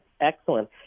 excellent